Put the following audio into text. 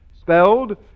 Spelled